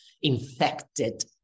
infected